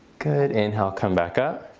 good, inhale come back up.